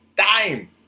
time